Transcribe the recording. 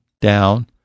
down